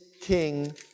king